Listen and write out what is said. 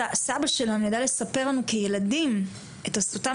הסבא שלנו ידע לספר לנו כילדים את אותם